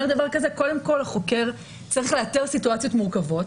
שקודם כל החוקר צריך לאתר סיטואציות מורכבות,